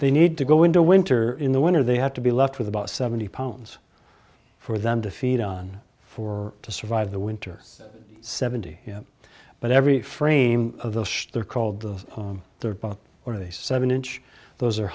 they need to go into winter in the winter they have to be left with about seventy pounds for them to feed on for to survive the winter seventy but every frame of those they're called the bottom or the seven inch those are